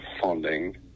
funding